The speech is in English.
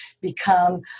become